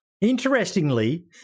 Interestingly